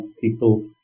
people